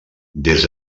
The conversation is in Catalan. des